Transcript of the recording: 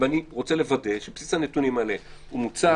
ואני רוצה לוודא שבסיס הנותנים האלה הוא מוצק,